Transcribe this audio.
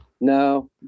no